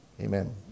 Amen